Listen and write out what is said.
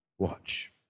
Watch